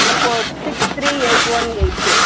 pincode six three eight one eight two